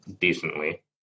decently